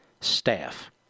staff